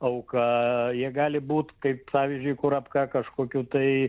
auka jie gali būti kaip pavyzdžiui kurapka kažkokių tai